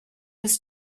was